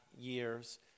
years